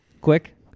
Quick